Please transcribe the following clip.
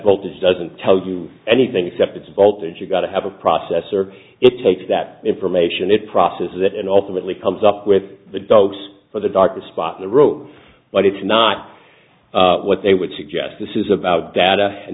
voltage doesn't tell you anything except it's voltage you got to have a processor it takes that information it processes it and ultimately comes up with the dogs for the dark the spot in the room but it's not what they would suggest this is about data and